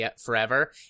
forever